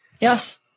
Yes